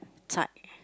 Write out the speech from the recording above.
tight